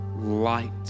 light